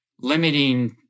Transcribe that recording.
limiting